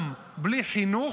עם בלי חינוך,